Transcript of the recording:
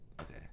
Okay